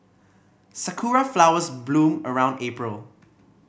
sakura flowers bloom around April